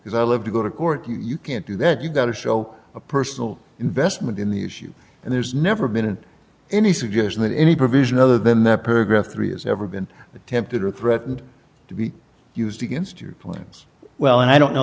because i love to go to court you can't do that you've got to show a personal investment in the issue and there's never been any suggestion that any provision other than that paragraph three has ever been attempted or threatened to be used against your plans well i don't know